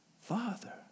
Father